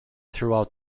throughout